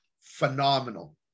phenomenal